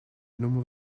noemen